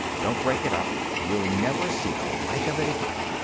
don't break it up. you'll never see the like of it again.